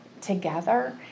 together